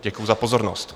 Děkuji za pozornost.